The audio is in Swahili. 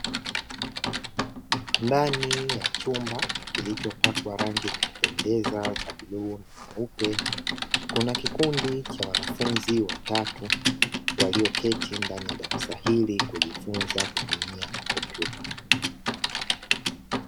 Ndani ya chumba kilicho pakwa rangi za kupendeza za bluu na nyeupe kuna kikundi cha wanafunzi watatu walioketi ndani ya darasa hili kujifunza kutumia kompyuta.